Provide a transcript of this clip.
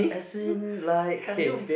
as in like K